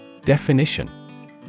Definition